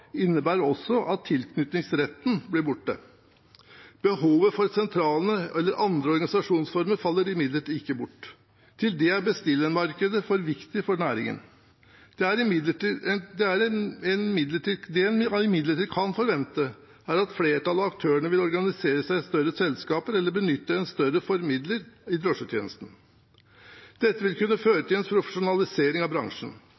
innebærer også at tilknytningsretten blir borte. Behovet for sentralene eller andre organisasjonsformer faller imidlertid ikke bort. Til det er bestillermarkedet for viktig for næringen. Det en imidlertid kan forvente, er at flertallet av aktørene vil organisere seg i større selskaper eller benytte en større formidler av drosjetjenester. Dette vil kunne føre til en profesjonalisering av bransjen.